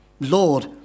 Lord